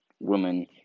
woman